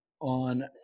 on